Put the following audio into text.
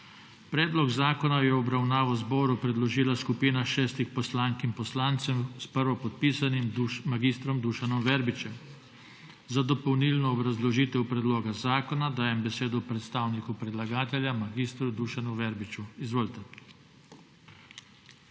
Predlog zakona je v obravnavo Državnemu zboru predložila skupina šestih poslank in poslancev s prvopodpisanim mag. Dušanom Verbičem. Za dopolnilno obrazložitev predloga zakona dajem besedo predstavniku predlagatelja mag. Dušanu Verbiču. Izvolite.